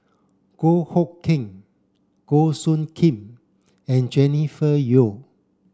Goh Hood Keng Goh Soo Khim and Jennifer Yeo